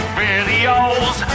videos